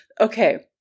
okay